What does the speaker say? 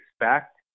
expect